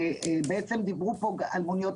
בעצם דיברו כאן על מוניות